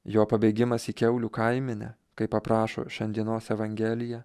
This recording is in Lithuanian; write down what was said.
jo pabėgimas į kiaulių kaimenę kaip aprašo šiandienos evangelija